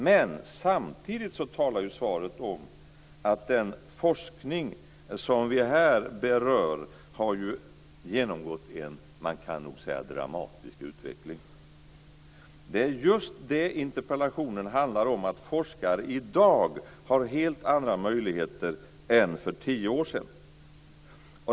Men samtidigt talas det i svaret om att den forskning som vi här berör har genomgått en dramatisk utveckling. Det är just det interpellationen handlar om, dvs. att forskare i dag har helt andra möjligheter än för tio år sedan.